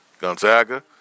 Gonzaga